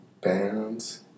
bands